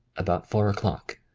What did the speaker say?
about four o'clock.